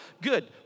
good